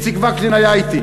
איציק וקנין היה אתי.